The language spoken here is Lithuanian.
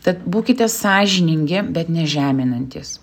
tad būkite sąžiningi bet ne žeminantys